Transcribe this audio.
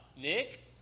Nick